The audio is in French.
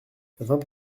vingt